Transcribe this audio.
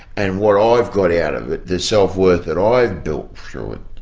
and what i've got out of it, the self-worth that i've built through it,